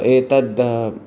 एतद्